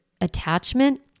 attachment